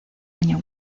año